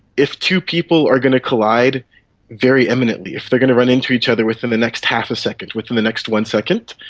if two people are going to collide very imminently, if they are going to run into each other within the next half a second, second, within the next one second,